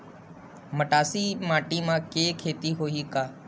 मटासी माटी म के खेती होही का?